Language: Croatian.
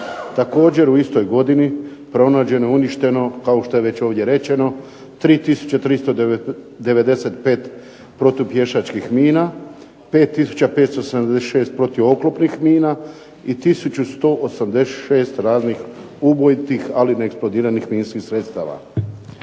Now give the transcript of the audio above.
Također u istoj godini pronađeno je i uništeno kao što je već ovdje rečeno 3395 protupješačkih mina, 5576 protuoklopnih mina i 1180 raznih ubojitih, ali neeksplodiranih minskih sredstava.